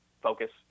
focus